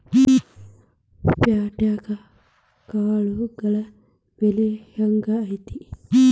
ಪ್ಯಾಟ್ಯಾಗ್ ಕಾಳುಗಳ ಬೆಲೆ ಹೆಂಗ್ ಐತಿ?